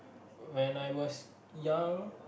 when I was young